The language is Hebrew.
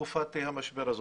בתקופת המשבר הזאת.